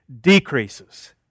decreases